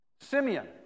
Simeon